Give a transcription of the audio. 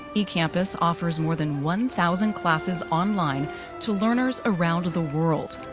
ecampus offers more than one thousand classes online to learners around the world.